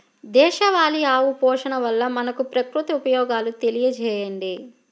దేశవాళీ ఆవు పోషణ వల్ల మనకు, ప్రకృతికి ఉపయోగాలు తెలియచేయండి?